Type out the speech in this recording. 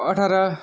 अठाह्र